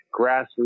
grassroots